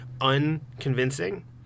unconvincing